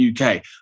UK